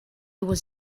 was